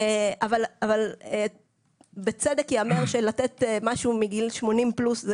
אבל בצדק ייאמר שלתת משהו מגיל 80 פלוס זה